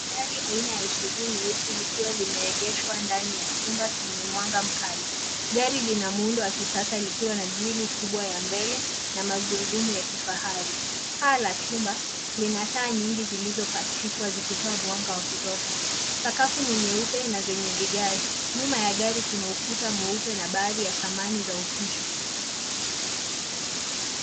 Gari aina ya s u v nyeusi likiwa limeegeshwa ndani ya chumba chenye mwanga mkali. Gari lina muundo wa kisasa likiwa na grill kubwa ya mbele na magurudumu ya kifahari. Paa la chumba lina taa nyingi zilizopachikwa zikitoa mwanga wa kutosha. Sakafu ni nyeupe na zenye vigae. Nyuma ya gari kuna ukuta mweupe na baadhi ya samani za ofisi.